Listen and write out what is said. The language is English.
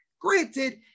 Granted